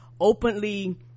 openly